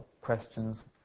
questions